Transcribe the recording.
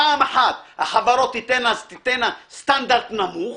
פעם אחת החברות תיתנה, אז תיתנה סטנדרט נמוך,